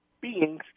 beings